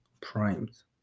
primes